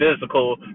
physical